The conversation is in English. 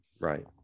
Right